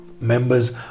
members